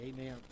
amen